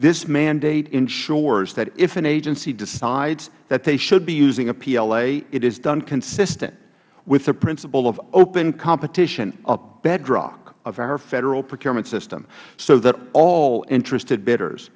this mandate ensures that if an agency decides that they should be using a pla it is done consistent with the principle of open competition a bedrock of our federal procurement system so that all interested